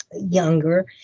younger